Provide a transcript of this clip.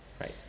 right